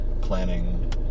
planning